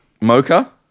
mocha